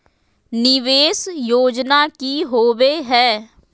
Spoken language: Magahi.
निवेस योजना की होवे है?